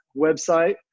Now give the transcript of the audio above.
website